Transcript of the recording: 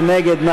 מי נגד?